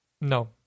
No